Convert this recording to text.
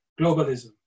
globalism